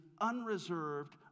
unreserved